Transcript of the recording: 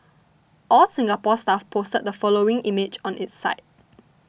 All Singapore Stuff posted the following image on its site